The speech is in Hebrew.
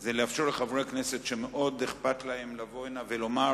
הם כדי לאפשר לחברי הכנסת שמאוד אכפת להם לבוא הנה ולומר